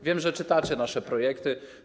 Wiem, że czytacie nasze projekty.